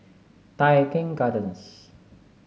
Tai Keng Gardens